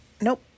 Nope